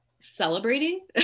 celebrating